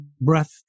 breath